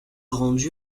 rendu